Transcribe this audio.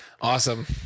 Awesome